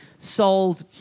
...sold